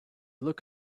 look